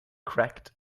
cracked